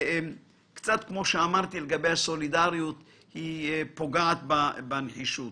כמו שאמרתי, הסולידריות פוגעת בנחישות,